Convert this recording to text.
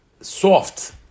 soft